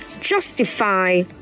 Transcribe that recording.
justify